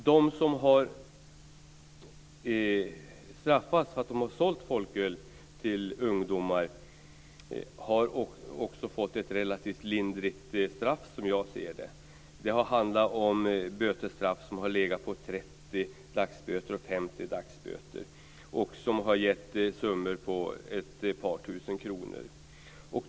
De som har straffats för att de har sålt folköl till ungdomar har, som jag ser det, också fått ett relativt lindrigt straff. Det har handlat om bötesstraff som har legat på 30 eller 50 dagsböter, vilket har gett summor på omkring 2 000 kr.